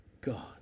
God